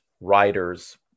writers